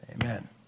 Amen